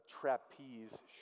trapeze